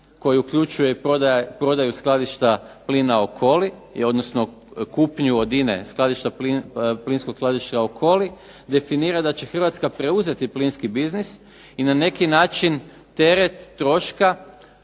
koji uključuje i prodaju skladišta plina "Okoli" i odnosno kupnju od INA-e plinskog skladišta "Okoli" definira da će Hrvatska preuzeti plinski biznis i na neki način teret troška